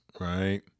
Right